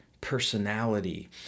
personality